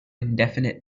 indefinite